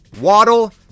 Waddle